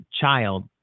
child